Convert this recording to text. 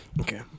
Okay